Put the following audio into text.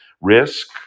Risk